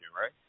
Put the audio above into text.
right